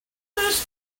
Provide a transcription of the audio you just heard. this